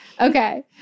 Okay